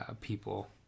people